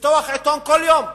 לפתוח עיתון כל יום.